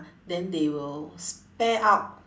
then they will spare out